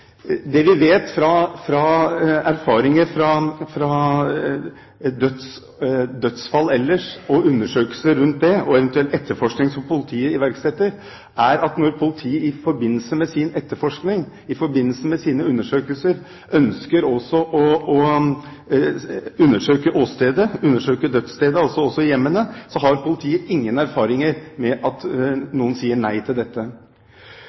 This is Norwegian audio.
Det vi vet fra erfaringer fra dødsfall ellers og undersøkelser rundt disse, og eventuell etterforskning som politiet iverksetter, er at når politiet i forbindelse med sin etterforskning og sine undersøkelser også ønsker å undersøke åstedet, dødsstedet – altså også hjemmene – har de ingen erfaringer med at noen sier nei til dette.